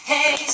Hey